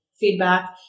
feedback